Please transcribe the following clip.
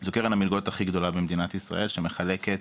זו קרן המלגות הכי גדולה במדינת ישראל שמסייעת